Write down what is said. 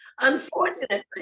Unfortunately